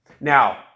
Now